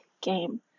game